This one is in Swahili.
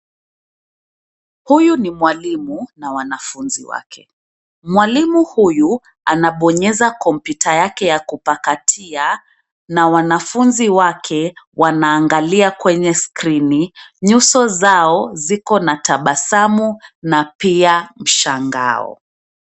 Huyu ni mwalimu na wanafunzi wake. Mwalimu huyu anabonyeza kompyuta yake ya kupakatia na wanafunzi wake wanaangalia kwenye skrini. Nyuso zao ziko na tabasamu na pia mshangao.